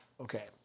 Okay